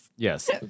Yes